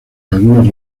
algunas